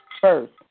first